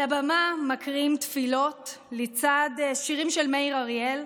על הבמה מקריאים תפילות לצד שירים של מאיר אריאל,